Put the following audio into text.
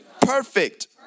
perfect